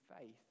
faith